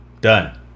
done